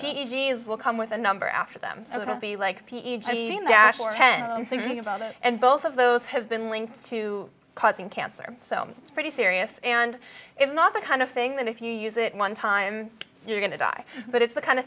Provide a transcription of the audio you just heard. jeans will come with a number after them so it'll be like ten thinking about it and both of those have been linked to causing cancer so it's pretty serious and it's not the kind of thing that if you use it one time you're going to die but it's the kind of